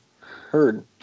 heard